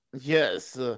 Yes